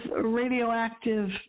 radioactive